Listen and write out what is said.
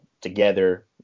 together